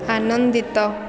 ଆନନ୍ଦିତ